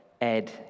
Ed